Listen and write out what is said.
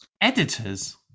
editors